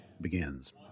begins